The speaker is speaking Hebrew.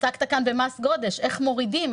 עסקת כאן במס גודש והשאלה היא איך מורידים,